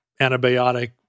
antibiotic